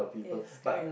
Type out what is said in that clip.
yes correct